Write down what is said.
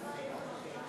גברתי היושבת